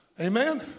Amen